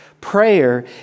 Prayer